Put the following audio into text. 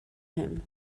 him